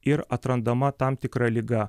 ir atrandama tam tikra liga